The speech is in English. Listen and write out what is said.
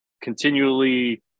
continually